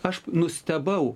aš nustebau